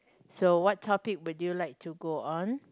so what topic would you like to go on